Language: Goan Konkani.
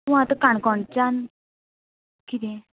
तूं आतां काणकोणच्यान कितें